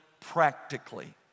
practically